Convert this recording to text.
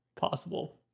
possible